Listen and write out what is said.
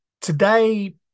Today